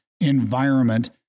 environment